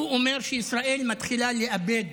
שהוא אומר שישראל מתחילה לאבד